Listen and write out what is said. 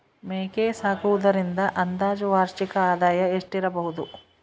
ಮೇಕೆ ಸಾಕುವುದರಿಂದ ಅಂದಾಜು ವಾರ್ಷಿಕ ಆದಾಯ ಎಷ್ಟಿರಬಹುದು?